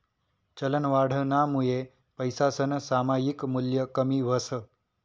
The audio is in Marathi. चलनवाढनामुये पैसासनं सामायिक मूल्य कमी व्हस